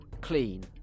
clean